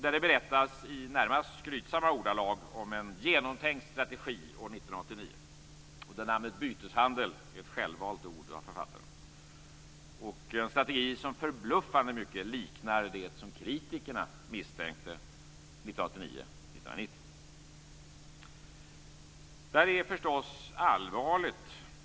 I boken berättas det i närmast skrytsamma ordalag om en genomtänkt strategi år 1989, och namnet byteshandel är ett självvalt ord av författaren. Det är en strategi som förbluffande mycket liknar det som kritikerna misstänkte 1989-1990. Det här är förstås allvarligt.